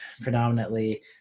predominantly